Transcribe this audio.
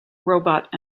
robot